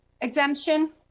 exemption